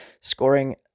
scoring